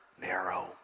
narrow